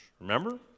remember